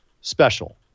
special